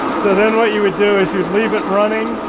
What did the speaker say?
then what you would do is you leave it running